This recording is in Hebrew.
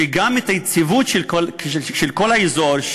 וגם את היציבות של כל האזור,